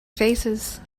faces